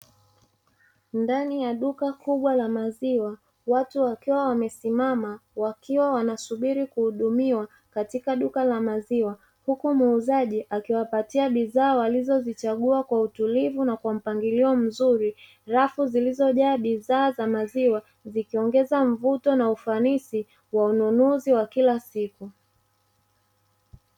Ndani ya duka kubwa la maziwa, watu wakiwa wamesimama wakiwa wanasubiri kuhudumiwa katika duka la maziwa, huku muuzaji akiwapatia bidhaa walizozichagua kwa utulivu na kwa mpangilio mzuri, rafu zilizojaa bidhaa za maziwa, zikiongeza mvuto na ufanisi wa ununuzi wa kila siku.